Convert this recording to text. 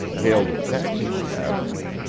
hailed a taxicab,